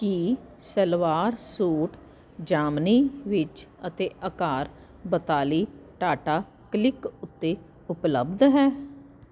ਕੀ salwar suit ਜ਼ਾਮਨੀ ਵਿੱਚ ਅਤੇ ਅਕਾਰ ਬਤਾਲੀ ਟਾਟਾ ਕਲਿੱਕ ਉੱਤੇ ਉਪਲੱਬਧ ਹੈ